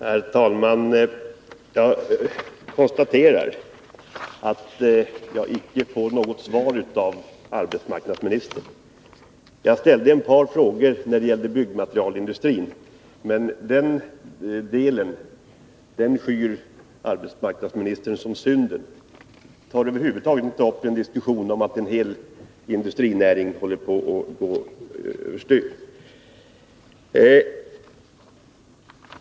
Herr talman! Jag konstaterar att jag icke får något svar av arbetsmarknadsministern. Jag ställde ett par frågor beträffande byggmaterialindustrin, men den delen skyr arbetsmarknadsministern som synden och tar över huvud taget inte upp en diskussion om att en hel industrinäring håller på att gå över styr.